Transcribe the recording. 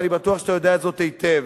ואני בטוח שאתה יודע זאת היטב,